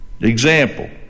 Example